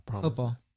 football